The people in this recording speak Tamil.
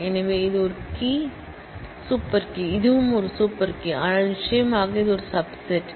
எனவே இது ஒரு கீ சூப்பர் கீ இதுவும் ஒரு சூப்பர் கீ ஆனால் நிச்சயமாக இது ஒரு சப் செட்